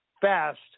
fast